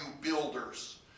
builders